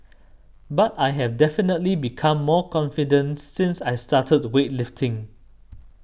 but I have definitely become more confident since I started weightlifting